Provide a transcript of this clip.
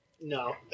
No